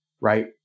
right